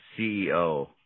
CEO